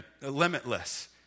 limitless